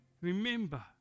remember